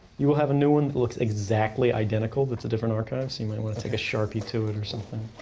you will have a new one that looks exactly identical that's a different archive, so you might want to take a sharpie to it or something.